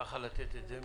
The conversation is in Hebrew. לתת את זה.